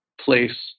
place